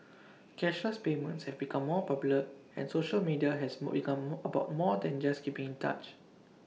cashless payments have become more popular and social media has more become more about more than just keeping in touch